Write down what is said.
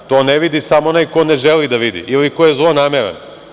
To ne vidi samo onaj ko ne želi da vidi ili ko je zlonameran.